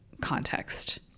context